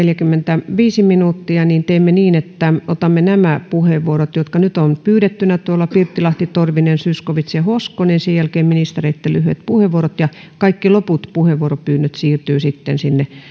neljäkymmentäviisi minuuttia teemme niin että otamme nämä puheenvuorot jotka nyt ovat pyydettyinä pirttilahti torvinen zyskowicz ja hoskonen sen jälkeen ministereitten lyhyet puheenvuorot ja kaikki loput puheenvuoropyynnöt siirtyvät sitten sinne